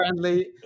friendly